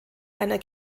einer